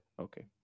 okay